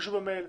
תגישו במייל,